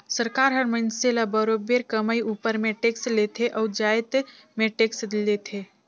सरकार हर मइनसे ले बरोबेर कमई उपर में टेक्स लेथे अउ जाएत में टेक्स लेथे